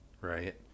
right